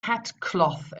headcloth